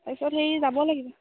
তাৰপিছত হেৰি যাব লাগিব